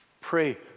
Pray